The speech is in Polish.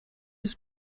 jest